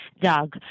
Doug